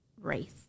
race